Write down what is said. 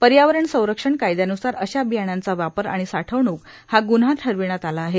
पर्यावरण संरक्षण कायद्यान्सार अशा बियाण्याचा वापर आणि साठवणूक हा गुन्हा ठरविण्यात आला आहे